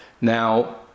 Now